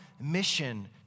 mission